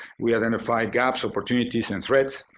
we identified gaps, opportunities, and threats.